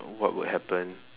what would happen